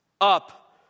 up